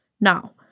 Now